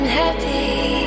happy